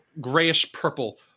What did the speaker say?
grayish-purple